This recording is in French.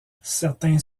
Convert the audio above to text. certains